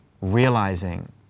realizing